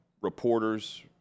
reporters